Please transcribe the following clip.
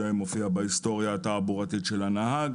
זה מופיע בהיסטוריה התעבורתית של הנהג.